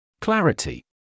Clarity